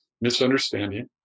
Misunderstanding